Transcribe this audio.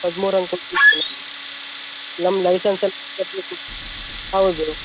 ಹದಿಮೂರು ಹಂಗೆ ನಮ್ದು ಲೈಸನ್ಸ್ ಎಲ್ಲ ತರ್ಲಿಕ್ಕೆ ಉಂಟು ಹೌದು